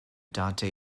dante